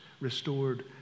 restored